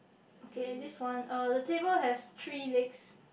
okay this one uh the table has three legs